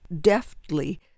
deftly